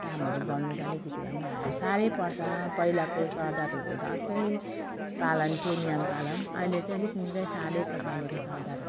कामहरू गर्नु चाहिँ अलिकति भए पनि साह्रै पर्छ पहिलाको सरदारहरू त अर्कै पालन थियो नियम पालन अहिले चाहिँ अलिक निकै छ साह्रै पर्छ अहिलेको सरदारहरू